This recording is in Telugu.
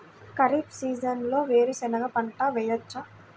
ఖరీఫ్ సీజన్లో వేరు శెనగ పంట వేయచ్చా?